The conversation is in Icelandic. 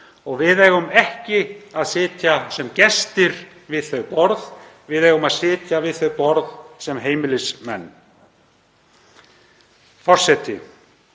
og eigum ekki að sitja sem gestir við þau borð. Við eigum að sitja við þau borð sem heimilismenn. Forseti.